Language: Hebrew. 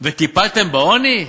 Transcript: וטיפלתם בעוני?